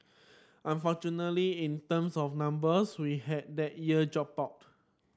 unfortunately in terms of numbers we had that year drop out